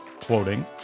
quoting